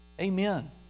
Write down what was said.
Amen